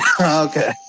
Okay